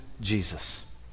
Jesus